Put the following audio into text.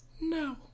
No